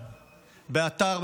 באתר,